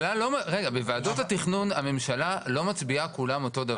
בוועדות התכנון הממשלה לא מצביעה כולם אותו דבר.